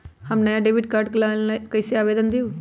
हम नया debit card ला कईसे आवेदन दिउ?